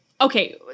okay